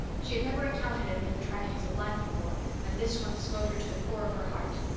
she had never encountered any of the tragedies of life before and this one smote her to the core of her heart.